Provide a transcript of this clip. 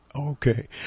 Okay